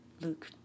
Luke